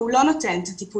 אבל הוא לא נותן את הטיפולים.